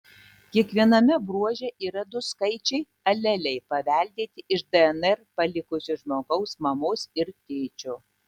kiekviename bruože yra du skaičiai aleliai paveldėti iš dnr palikusio žmogaus mamos ir tėčio